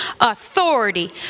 authority